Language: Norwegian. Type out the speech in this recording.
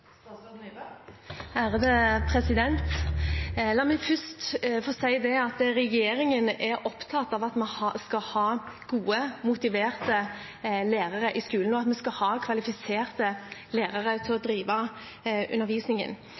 La meg først få si at regjeringen er opptatt av at vi skal ha gode, motiverte lærere i skolen, og at vi skal ha kvalifiserte lærere til å drive undervisningen.